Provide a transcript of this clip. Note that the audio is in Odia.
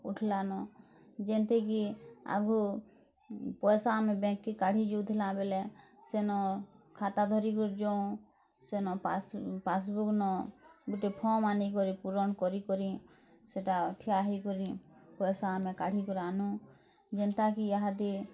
ଉଠ୍ଲାନ ଯେନ୍ତା କି ଆଗୁ ପଇସା ଆମେ ବେଙ୍କ୍କେ କାଢ଼ି ଦଉଥିଲା ବେଲେ ସେନ ଖାତା ଧରି ଯୋଉଁ ସେନ ପାସ୍ପାସ୍ବୁକ୍ ନୁଁ ଗୋଟେ ଫର୍ମ ଆଣି କରି ପୂରଣ କରି କରି ସେଟା ଠିଆ ହେଇ କରି ପଇସା ଆମେ କାଢ଼ି କରି ଆଣୁ ଯେନ୍ତା କି ଏହା ଦି